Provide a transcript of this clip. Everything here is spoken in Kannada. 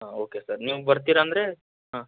ಹಾಂ ಓಕೆ ಸರ್ ನೀವು ಬರ್ತಿರ ಅಂದರೆ ಹಾಂ